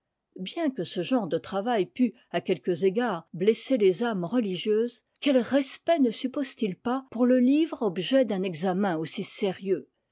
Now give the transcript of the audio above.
bien que ce genre de travail put à quelques égards blesser les âmes religieuses quel respect ne suppose-t-il pas pour le livre objet d'un examen aussi sérieux